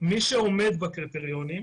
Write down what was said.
מי שעומד בקריטריונים,